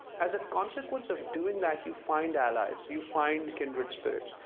as a consequence of doing that, you find allies. you find kindred spirits.